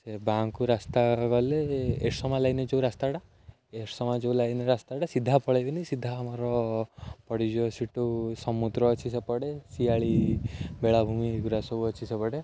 ସେ ବାମକୁ ରାସ୍ତା ଗଲେ ଏରସମା ସମୟ ଲାଇନ୍ ଯେଉଁ ରାସ୍ତାଟା ଏରସମା ସମୟ ଯେଉଁ ଲାଇନ୍ ରାସ୍ତାଟା ସିଧା ପଳାଇବେନି ସିଧା ଆମର ପଡ଼ିଯିବ ସିଠୁ ସମୁଦ୍ର ଅଛି ସେପଟେ ଶିଆଳି ବେଳାଭୂମି ଏଗୁରା ସବୁ ଅଛି ସେପଟେ